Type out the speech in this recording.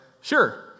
Sure